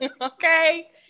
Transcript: Okay